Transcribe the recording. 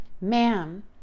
ma'am